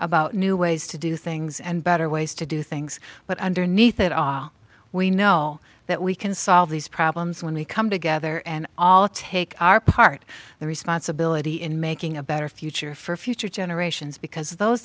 about new ways to do things and better ways to do things but underneath it all we know that we can solve these problems when we come together and all take our part the responsibility in making a better future for future generations because those